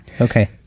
Okay